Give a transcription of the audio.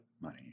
money